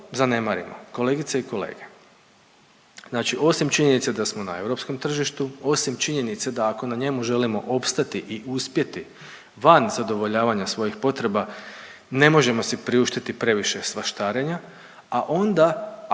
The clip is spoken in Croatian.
zanemarimo kolegice i kolege, znači osim činjenice da smo europskom tržištu, osim činjenice da ako na njemu želimo opstati i uspjeti van zadovoljavanja svojih potreba ne možemo si priuštiti previše svaštarenja, a onda